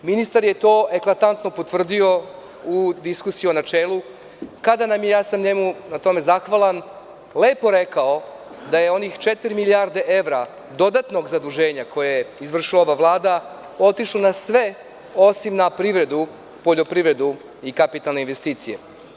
Ministar je to eklatantno potvrdio u diskusiji u načelu, kada nam je, a ja sam mu na tome zahvalan, lepo rekao da je onih četiri milijarde evra dodatnog zaduženja koje je izvršila ova Vlada otišlo na sve osim na privredu, poljoprivredu i kapitalne investicije.